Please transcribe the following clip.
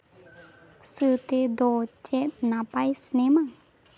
ᱥᱨᱚᱛᱤ ᱫᱚ ᱪᱮᱫ ᱱᱟᱯᱟᱭ ᱥᱤᱱᱮᱢᱟ